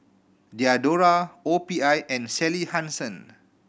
Diadora O P I and Sally Hansen